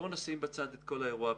בואו נשים בצד את כל האירוע הפלילי,